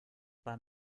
beim